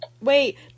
Wait